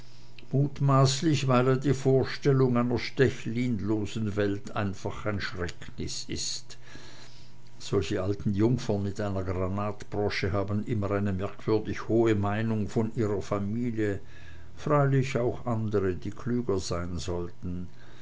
mutmaßlich weil ihr die vorstellung einer stechlinlosen welt einfach ein schrecknis ist solche alten jungfern mit einer granatbrosche haben immer eine merkwürdig hohe meinung von ihrer familie freilich auch andre die klüger sein sollten